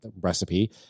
recipe